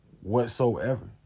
Whatsoever